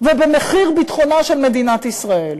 ובמחיר ביטחונה של מדינת ישראל.